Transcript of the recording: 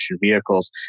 vehicles